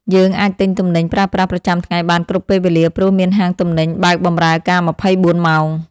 យើងអាចទិញទំនិញប្រើប្រាស់ប្រចាំថ្ងៃបានគ្រប់ពេលវេលា ព្រោះមានហាងទំនិញបើកបម្រើការម្ភៃបួនម៉ោង។